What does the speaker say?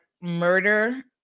murder